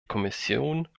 kommission